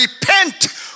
Repent